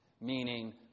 Meaning